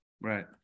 Right